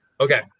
Okay